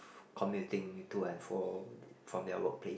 commuting to and for from their work place